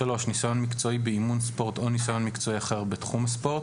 (3)ניסיון מקצועי באימון ספורט או ניסיון מקצועי אחר בתחום הספורט,